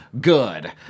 good